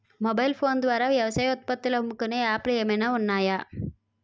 Mobile phone ద్వారా వ్యవసాయ ఉత్పత్తులు అమ్ముకునే యాప్ లు ఏమైనా ఉన్నాయా?